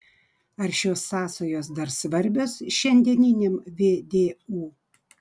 ar šios sąsajos dar svarbios šiandieniniam vdu